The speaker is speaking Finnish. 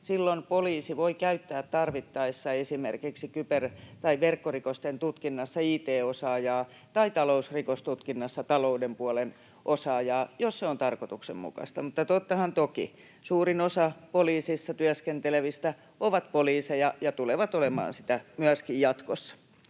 Silloin poliisi voi käyttää tarvittaessa esimerkiksi kyber- tai verkkorikosten tutkinnassa it-osaajaa tai talousrikostutkinnassa talouden puolen osaajaa, jos se on tarkoituksenmukaista. Mutta tottahan toki suurin osa poliisissa työskentelevistä on poliiseja ja tulee olemaan niitä myöskin jatkossa.